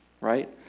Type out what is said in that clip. right